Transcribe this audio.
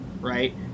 right